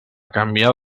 canviar